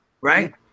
right